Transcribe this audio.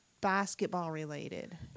basketball-related